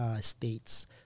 states